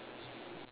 ya